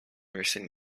recent